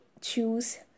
choose